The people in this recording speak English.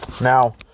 Now